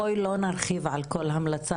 בואי לא נרחיב על כל המלצה,